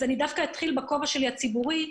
אני אתחיל בכובע הציבורי,